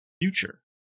future